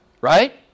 right